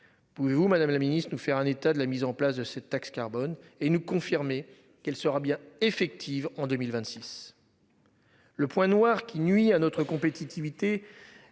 Pouvez-vous Madame la Ministre de nous faire un état de la mise en place de cette taxe carbone et nous confirmer qu'elle sera bien effective en 2026.